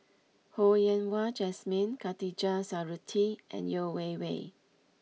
Ho Yen Wah Jesmine Khatijah Surattee and Yeo Wei Wei